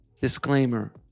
Disclaimer